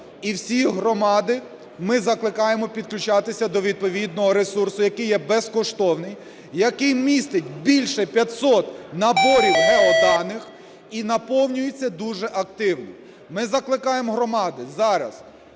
І всі громади ми закликаємо підключатися до відповідного ресурсу, який є безкоштовний, який містить більше 500 наборів геоданих і наповнюється дуже активно. Ми закликаємо громади зараз